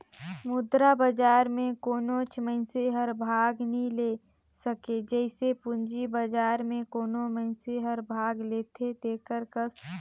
मुद्रा बजार में कोनोच मइनसे हर भाग नी ले सके जइसे पूंजी बजार में कोनो मइनसे हर भाग लेथे तेकर कस